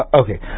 okay